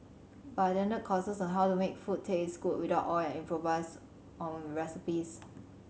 but I attended courses on how to make food taste good without oil and improvise on recipes